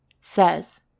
says